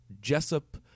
Jessup